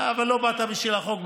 אבל לא באת בשביל החוק,